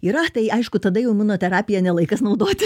yra tai aišku tada jau imunoterapiją ne laikas naudot